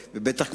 ובטח,